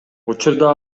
учурда